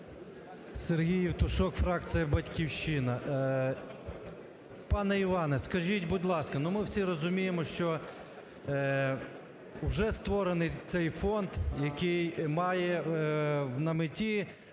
Сергій Євтушок, фракція "Батьківщина". Пане Іване, скажіть, будь ласка, ну, ми всі розуміємо, що уже створений цей фонд, який має на меті